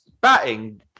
batting